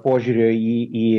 požiūrio į į